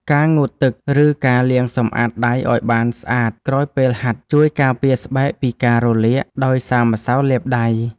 ការងូតទឹក ឬការលាងសម្អាតដៃឱ្យបានស្អាតក្រោយពេលហាត់ ជួយការពារស្បែកពីការរលាកដោយសារម្សៅលាបដៃ។